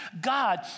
God